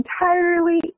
entirely